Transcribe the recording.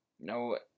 No